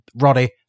Roddy